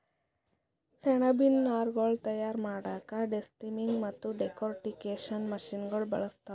ಸೆಣಬಿನ್ ನಾರ್ಗೊಳ್ ತಯಾರ್ ಮಾಡಕ್ಕಾ ಡೆಸ್ಟಮ್ಮಿಂಗ್ ಮತ್ತ್ ಡೆಕೊರ್ಟಿಕೇಷನ್ ಮಷಿನಗೋಳ್ ಬಳಸ್ತಾರ್